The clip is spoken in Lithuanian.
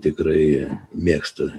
tikrai mėgsta